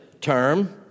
term